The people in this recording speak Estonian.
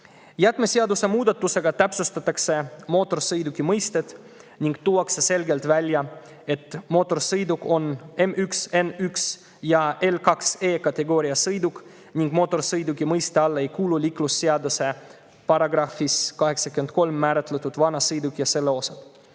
Jäätmeseaduse muudatusega täpsustatakse mootorsõiduki mõistet ning tuuakse selgelt välja, et mootorsõiduk on M1‑, N1‑ ja L2e‑kategooria sõiduk ning mootorsõiduki mõiste alla ei kuulu liiklusseaduse §‑s 83 määratletud vanasõiduk ja selle osa.